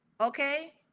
okay